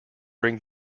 bring